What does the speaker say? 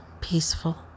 peaceful